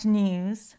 news